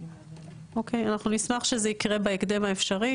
אנחנו נשמח שזה יקרה בהקדם האפשרי.